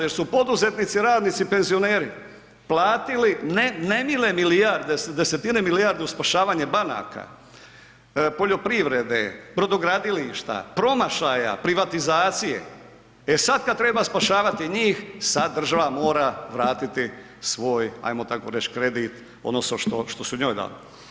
Jer su poduzetnici, radnici, penzioneri platili ne nemile milijarde, desetine milijardi u spašavanje banaka, poljoprivrede, brodogradilišta, promašaja privatizacije, e sad kad treba spašavati njih, sad država mora vratiti svoj, ajmo tako reći, kredit odnosno što su njoj dali.